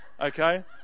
okay